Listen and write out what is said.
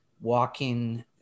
walking